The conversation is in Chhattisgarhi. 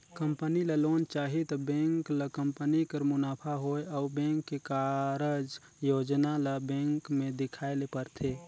कंपनी ल लोन चाही त बेंक ल कंपनी कर मुनाफा होए अउ बेंक के कारज योजना ल बेंक में देखाए ले परथे